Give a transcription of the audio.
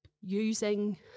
using